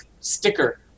sticker